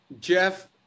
jeff